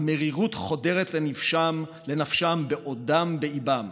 המרירות חודרת לנפשם בעודם באיבם".